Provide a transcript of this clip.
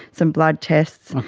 some blood tests,